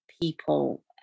people